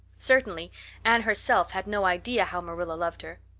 certainly anne herself had no idea how marilla loved her.